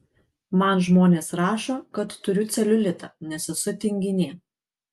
man žmonės rašo kad turiu celiulitą nes esu tinginė